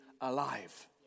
alive